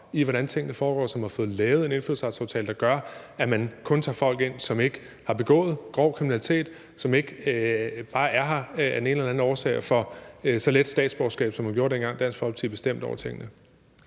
i, hvordan tingene foregår, og som har fået lavet en indfødsretsaftale, der gør, at man kun tager folk ind, som ikke har begået grov kriminalitet, som ikke bare er her af den ene eller den anden årsag og så let får statsborgerskab, som man gjorde dengang, Dansk Folkeparti bestemte over tingene.